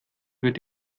wird